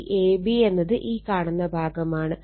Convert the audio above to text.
ഈ AB എന്നത് ഈ കാണുന്ന ഭാഗമാണ്